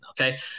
Okay